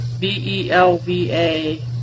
B-E-L-V-A